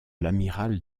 l’amiral